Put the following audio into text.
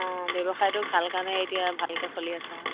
অঁ ব্যৱসায়টো ভাল কাৰণে এতিয়া ভালকৈ চলি আছা আৰু